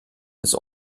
des